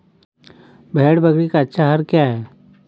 भेड़ बकरी का अच्छा आहार क्या है?